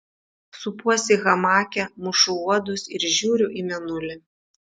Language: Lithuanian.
supuosi hamake mušu uodus ir žiūriu į mėnulį